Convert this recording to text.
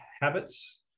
habits